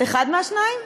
את אחת מהשניים?